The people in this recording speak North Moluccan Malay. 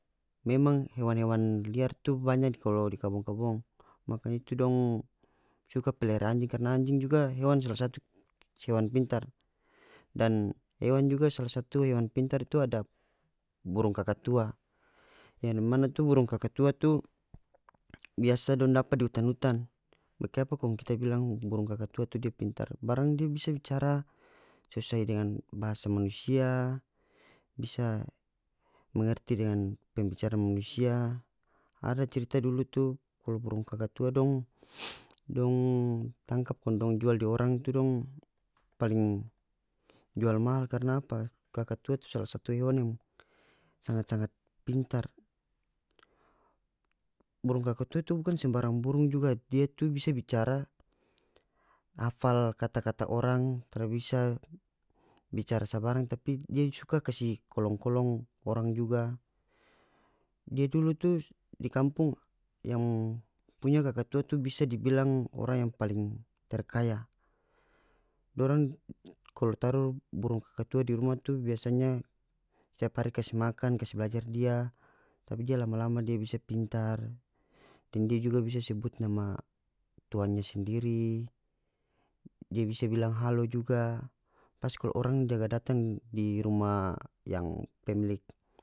Memang hewan-hewan liar tu banya kalo di kabong-kabong maka itu dong suka pelihara anjing karna anjing juga hewan salah satu hewan pintar dan hewan juga salah satu hewan pintar tu ada burung kakatua yang dimana tu burung kakatua tu biasa dong dapa di hutan-hutan bakiapa kong kita bilang burung kakatua tu dia pintar barang dia bisa bicara sesuai dengan bahasa manusia bisa mengerti dengan pembicaraan manusia ada cerita dulu tu kalu burung kakatua dong dong tangkap kong dong jual di orang itu dong paling jual mahal karna apa kakatua itu salah satu hewan yang sangat-sanagat pintar burung kakatua tu bukan sembarang burung juga dia tu bisa bicara hafal kata-kata orang tara bisa bicara sabarang tapi dia suka kasi kolong-kolong orang juga dia dulu tu di kampung yang punya kakatua tu bisa dibilang orang yang paling terkaya dorang kalu taru burung kakatua di rumah tu biasanya tiap hari kas makan kas blajar dia tapi dia lama-lama dia bisa pintar deng dia juga bis sebut nama tuannya sendiri dia bisa bilang halo juga pas kalu orang jaga datang di rumah yang pemilik.